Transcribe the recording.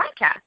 podcast